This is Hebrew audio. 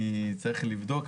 אני צריך לבדוק.